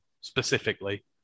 specifically